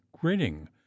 grinning